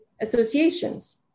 associations